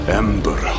ember